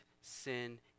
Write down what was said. sin